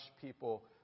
people